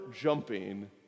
jumping